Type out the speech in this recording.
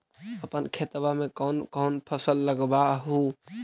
अपन खेतबा मे कौन कौन फसल लगबा हू?